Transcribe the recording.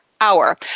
hour